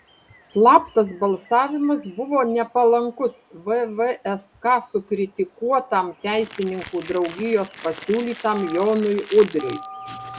slaptas balsavimas buvo nepalankus vvsk sukritikuotam teisininkų draugijos pasiūlytam jonui udriui